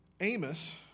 Amos